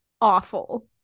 awful